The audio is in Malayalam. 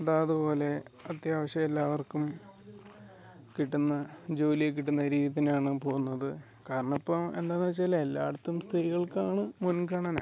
അതാത് പോലെ അത്യാവശ്യ എല്ലാവർക്കും കിട്ടുന്ന ജോലി കിട്ടുന്ന രീതി എന്നാണ് പോവുന്നത് കാരണം ഇപ്പം എന്താണെന്ന് വച്ചാൽ എല്ലാ ഇടത്തും സ്ത്രീകൾക്കാണ് മുൻഗണന